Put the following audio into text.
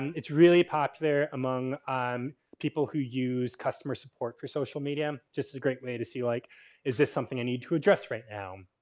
it's really popular among um people who use customer support for social media just as a great way to see like is this something i need to address right now.